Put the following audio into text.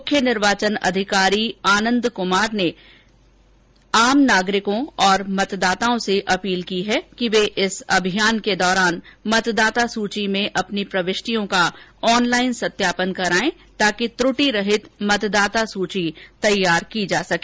मुख्य निर्वाचन अधिकारी आनंद कुमार ने आम नागरिकों और मतदाताओं से अपील की है कि वे इस अभियान के दौरान मतदाता सूची में अपनी प्रविष्टियों का ऑन लाइन सत्यापन करावें ताकि त्रटि रहित मतदाता सूची तैयार की जा सके